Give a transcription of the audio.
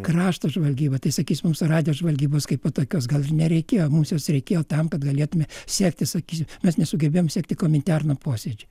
krašto žvalgyba tai sakys mums radijo žvalgybos kaipo tokios gal ir nereikėjo mums reikėjo tam kad galėtume sekti sakysim mes nesugebėjom sekti kominterno posėdžių